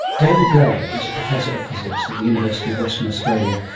david blair is professor of physics at the university of western australia,